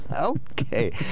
Okay